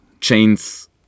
chains